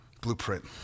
Blueprint